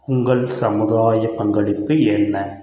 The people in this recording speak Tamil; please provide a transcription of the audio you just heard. உங்கள் சமுதாய பங்களிப்பு என்ன